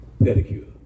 Pedicure